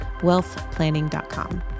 wealthplanning.com